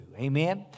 Amen